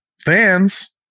fans